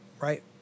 right